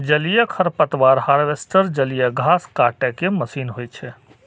जलीय खरपतवार हार्वेस्टर जलीय घास काटै के मशीन होइ छै